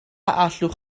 allwch